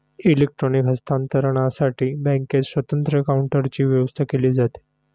electronic हस्तांतरणसाठी बँकेत स्वतंत्र काउंटरची व्यवस्था केली जाते